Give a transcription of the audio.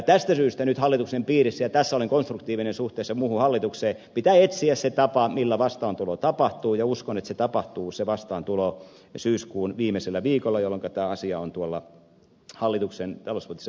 tästä syystä nyt hallituksen piirissä ja tässä olen konstruktiivinen suhteessa muuhun hallitukseen pitää etsiä se tapa millä vastaantulo tapahtuu ja uskon että se vastaantulo tapahtuu syyskuun viimeisellä viikolla jolloinka tämä asia on hallituksen talouspoliittisessa ministerivaliokunnassa